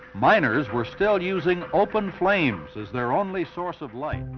miners were still using open flames as their only source of life.